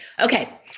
Okay